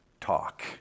talk